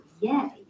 Yay